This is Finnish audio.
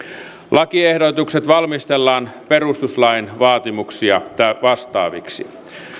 lakiehdotukset valmistellaan perustuslain vaatimuksia vastaaviksi